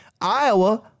Iowa